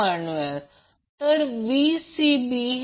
म्हणून ते 208 दिले आहे